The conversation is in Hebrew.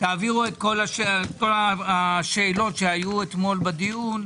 תשובות לכל השאלות שעלו בדיון.